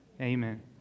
Amen